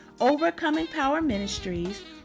overcomingpowerministries